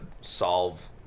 solve